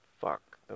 Fuck